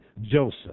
Joseph